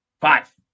five